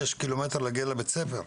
שש כדי להגיע לבית ספר.